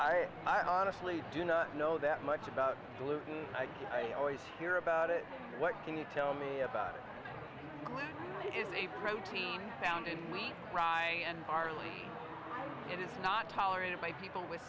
loomed i honestly do not know that much about gluten i always hear about it what can you tell me about it is a protein found and we try and barley it is not tolerated by people with